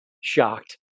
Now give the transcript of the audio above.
shocked